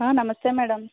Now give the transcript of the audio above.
నమస్తే మ్యాడం